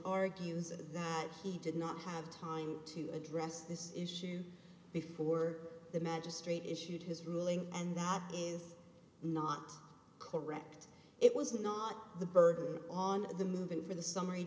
argues that he did not have time to address this issue before the magistrate issued his ruling and that is not correct it was not the burden on the moving for the summ